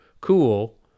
cool